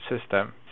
system